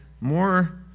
more